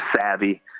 savvy